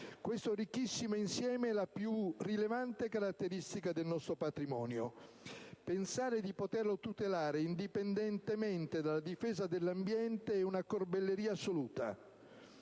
Questo ricchissimo insieme è la più rilevante caratteristica del nostro patrimonio; pensare di poterlo tutelare indipendentemente dalla difesa dell'ambiente è una corbelleria assoluta.